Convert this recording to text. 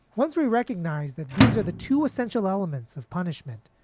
once we recognize that these are the two essential elements of punishment,